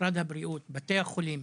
משרד הבריאות, בתי החולים.